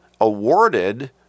awarded